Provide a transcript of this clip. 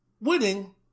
winning